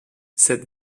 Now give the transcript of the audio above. cette